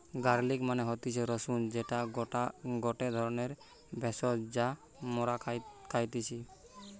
garlic মানে হতিছে রসুন যেটা গটে ধরণের ভেষজ যা মরা খাইতেছি